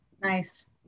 nice